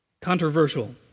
Controversial